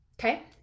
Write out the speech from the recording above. okay